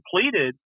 completed